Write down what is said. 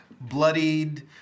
bloodied